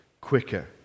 quicker